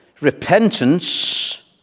repentance